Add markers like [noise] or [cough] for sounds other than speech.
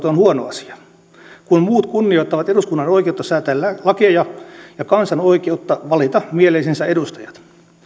[unintelligible] on huono asia kun muut kunnioittavat eduskunnan oikeutta säätää lakeja ja kansan oikeutta valita mieleisensä edustajat